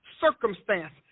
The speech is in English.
circumstance